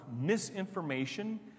misinformation